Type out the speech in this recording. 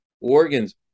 organs